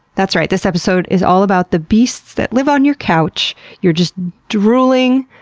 that's right, this episode is all about the beasts that live on your couch your, just drooling,